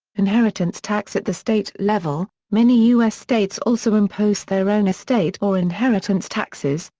inheritance tax at the state level many u s. states also impose their own estate or inheritance taxes,